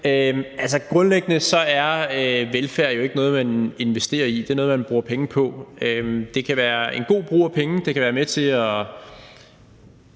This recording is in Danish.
grundlæggende er velfærd jo ikke noget, man investerer i. Det er noget, man bruger penge på. Det kan være en god brug af penge. Det kan være med til at